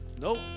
Nope